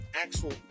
actual